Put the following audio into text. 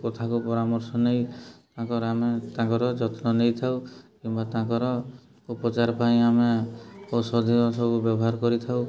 କଥାକୁ ପରାମର୍ଶ ନେଇ ତାଙ୍କର ଆମେ ତାଙ୍କର ଯତ୍ନ ନେଇଥାଉ କିମ୍ବା ତାଙ୍କର ଉପଚାର ପାଇଁ ଆମେ ଔଷଧୀୟ ସବୁ ବ୍ୟବହାର କରିଥାଉ